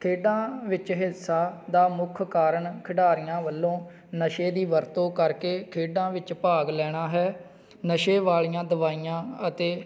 ਖੇਡਾਂ ਵਿੱਚ ਹਿੰਸਾ ਦਾ ਮੁੱਖ ਕਾਰਨ ਖਿਡਾਰੀਆਂ ਵੱਲੋਂ ਨਸ਼ੇ ਦੀ ਵਰਤੋਂ ਕਰਕੇ ਖੇਡਾਂ ਵਿੱਚ ਭਾਗ ਲੈਣਾ ਹੈ ਨਸ਼ੇ ਵਾਲੀਆਂ ਦਵਾਈਆਂ ਅਤੇ